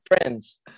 friends